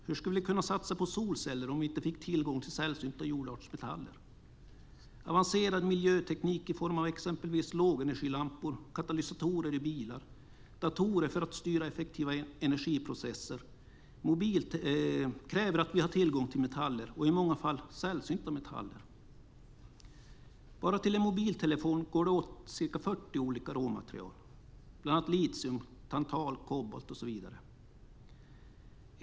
Hur skulle vi kunna satsa på solceller om vi inte fick tillgång till sällsynta jordartsmetaller? Avancerad miljöteknik i form av exempelvis lågenergilampor, katalysatorer i bilar och datorer för att styra effektiva energiprocesser kräver att vi har tillgång till metaller och i många fall sällsynta metaller. Bara till en mobiltelefon går det åt ca 40 olika råmaterial bland annat litium, tantal, kobolt och så vidare.